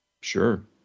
Sure